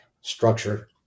structure